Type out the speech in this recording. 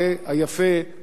54 משפחות,